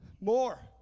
More